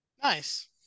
nice